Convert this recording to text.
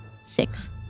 six